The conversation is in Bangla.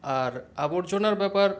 আর আবর্জনার ব্যাপার